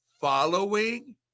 following